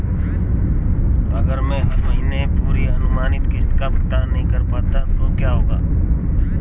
अगर मैं हर महीने पूरी अनुमानित किश्त का भुगतान नहीं कर पाता तो क्या होगा?